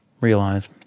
realize